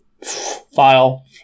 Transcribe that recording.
file